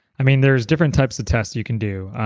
i mean there's different types of tests you can do.